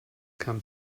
kam